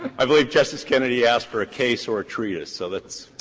i believe justice kennedy asked for a case or a treatise, so that's